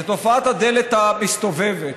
זה תופעת הדלת המסתובבת.